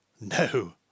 No